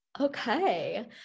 okay